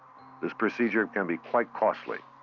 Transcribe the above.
this procedure can be quite costly.